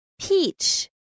Peach